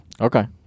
Okay